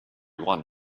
one